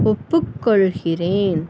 ஒப்புக் கொள்கிறேன்